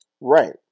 Right